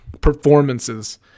performances